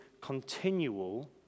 continual